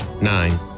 Nine